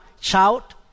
shout